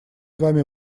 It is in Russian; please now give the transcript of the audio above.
вами